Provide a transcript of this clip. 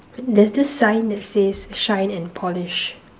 there's this sign that says shine and polish